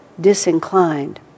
disinclined